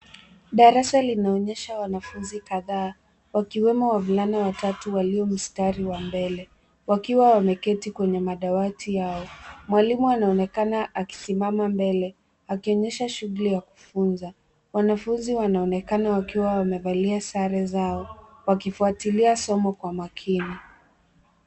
Darasa linaonyesha wanafunzi kadhaa wakiwemo wavulana watatu walio mstari wa mbele wakiwa wameketi madawati yao. Mwalimu anaonekana akisimama mbele akionyesha shughuli ya kujifunza. Wanafunzi wanaonekana wakiwa wamevalia sare zao wakifuatilia somo Kwa makini .